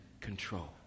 control